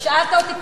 שאלת אותי?